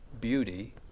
beauty